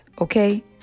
Okay